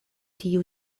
tiu